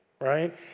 right